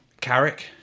Carrick